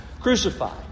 crucified